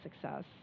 success